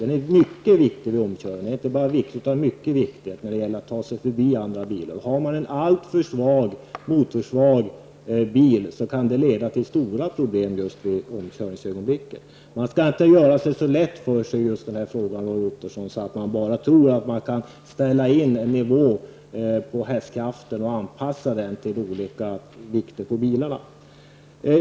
Den är mycket viktig vid omkörning av andra bilar. Har man en alltför motorsvag bil kan man få stora problem vid omkörningar. Man skall inte göra det så lätt för sig i fråga om detta, Roy Ottosson, att man tror att man bara kan ställa in en nivå på hästkrafterna och anpassa den till olika vikter på bilarna.